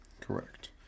Correct